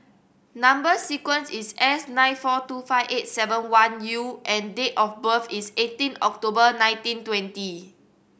number sequence is S nine four two five eight seven one U and date of birth is eighteen October nineteen twenty